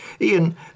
Ian